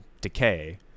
decay